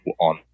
on